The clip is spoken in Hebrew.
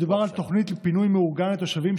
מדובר על תוכנית לפינוי מאורגן לתושבים,